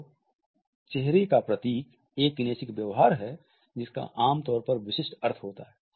तो चेहरे का प्रतीक एक किनेसिक व्यवहार है जिसका आमतौर पर बहुत विशिष्ट अर्थ होता है